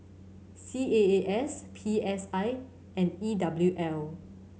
C A A S P S I and E W L